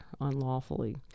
unlawfully